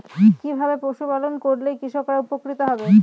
কিভাবে পশু পালন করলেই কৃষকরা উপকৃত হবে?